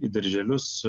į darželius